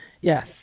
Yes